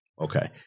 Okay